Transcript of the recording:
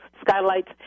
skylights